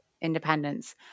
Independence